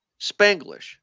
Spanglish